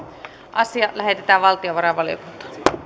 asia lähetetään valtiovarainvaliokuntaan